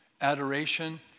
adoration